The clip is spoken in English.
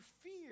fear